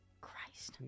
Christ